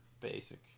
Basic